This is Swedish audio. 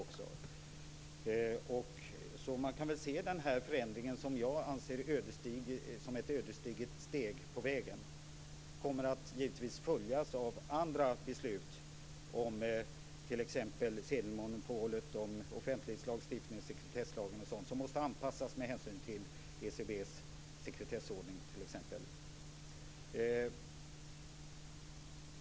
Därför kommer den här förändringen, som jag anser vara ett ödesdigert steg på vägen, givetvis att följas av andra beslut om t.ex. sedelmonopolet, offentlighetslagstiftningen, sekretesslagen och annat som måste anpassas med hänsyn till bl.a. ECB:s sekretessordning.